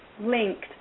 linked